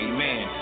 Amen